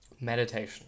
meditation